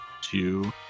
Two